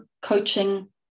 coaching